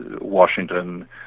washington